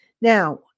Now